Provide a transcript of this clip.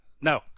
No